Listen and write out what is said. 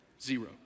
Zero